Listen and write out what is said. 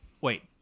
wait